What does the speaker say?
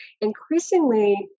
increasingly